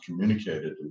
communicated